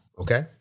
okay